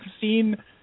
seen